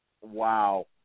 Wow